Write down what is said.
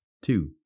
Two